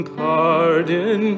pardon